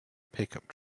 pickup